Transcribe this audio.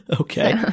Okay